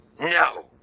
no